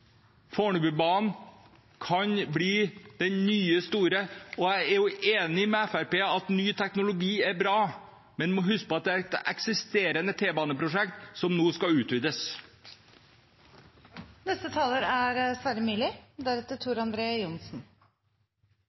kan bli det nye store, og jeg er enig med Fremskrittspartiet i at ny teknologi er bra, men vi må huske på at det er et eksisterende T-baneprosjekt som nå skal